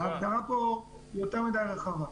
ההגדרה פה היא יותר מדי רחבה.